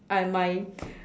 I my